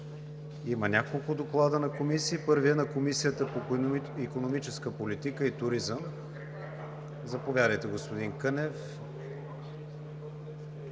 Има няколко доклада на комисии. Първият е на Комисията по икономическа политика и туризъм. Господин Кънев,